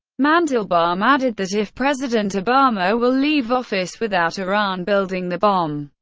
mandelbaum added that if president obama will leave office without iran building the bomb,